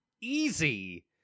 easy